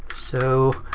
so,